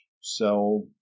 sell